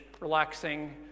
relaxing